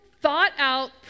thought-out